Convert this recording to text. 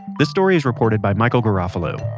this story is reported by michael garofolo